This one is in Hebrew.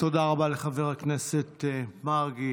תודה רבה לחבר הכנסת מרגי.